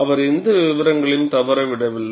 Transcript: அவர் எந்த விவரங்களையும் தவறவிடவில்லை